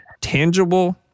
tangible